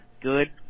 good